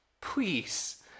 Please